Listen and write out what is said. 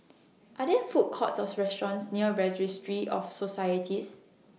Are There Food Courts Or restaurants near Registry of Societies